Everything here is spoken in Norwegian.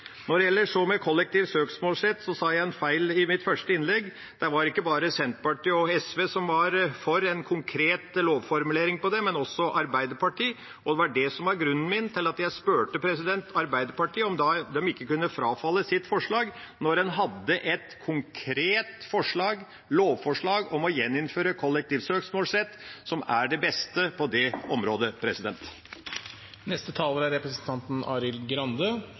Når det gjelder kollektiv søksmålsrett, sa jeg jeg en feil i mitt første innlegg. Det var ikke bare Senterpartiet og SV som var for en konkret lovformulering av det, men også Arbeiderpartiet. Det var grunnen til at jeg spurte Arbeiderpartiet om de ikke kunne frafalle sitt forslag når en hadde et konkret lovforslag om å gjeninnføre kollektiv søksmålsrett, som er det beste på det området. Det er åpenbart for alle at Høyre har utfordringer med sin egen historie i denne saken. Det er